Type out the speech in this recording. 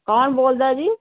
ਕੋਣ ਬੋਲਦਾ ਜੀ